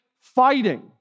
fighting